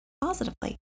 positively